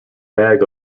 bag